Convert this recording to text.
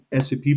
SAP